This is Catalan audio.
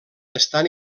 estan